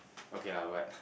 ok I would add